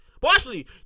partially